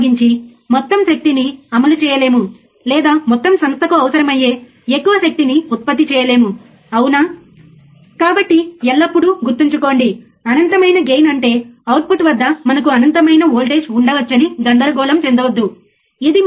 విజయవంతం కావడానికి చాలా ఖచ్చితమైన మార్గం ఎల్లప్పుడూ మరోసారి ప్రయత్నించడం మరోసారి అంటే అది పని చేయనప్పుడు దానిని వదులుకోవడానికి మనము ప్రయత్నించాలి